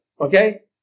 okay